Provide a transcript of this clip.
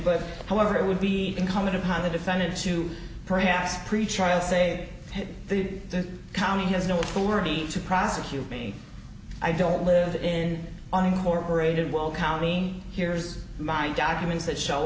but however it would be incumbent upon the defendant to perhaps pretrial say the county has no authority to prosecute me i don't live in on more paraded well county here's my documents that show